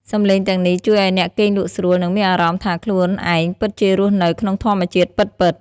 សំឡេងទាំងនេះជួយឱ្យអ្នកគេងលក់ស្រួល និងមានអារម្មណ៍ថាខ្លួនឯងពិតជារស់នៅក្នុងធម្មជាតិពិតៗ។